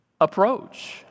approach